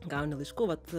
gauni laiškų vat